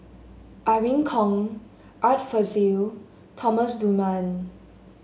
Irene Khong Art Fazil Thomas Dunman